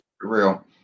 real